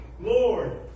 Lord